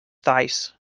talls